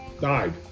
died